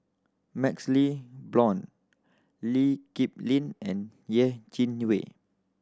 MaxLe Blond Lee Kip Lin and Yeh Chi Wei